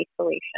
isolation